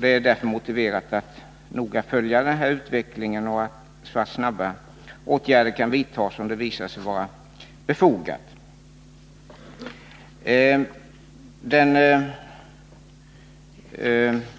Det är därför motiverat att noga följa denna utveckling, så att åtgärder snabbt kan vidtas om det visar sig vara befogat.